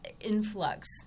influx